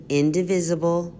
indivisible